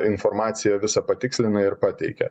informaciją visą patikslina ir pateikia šių didžiai ritualų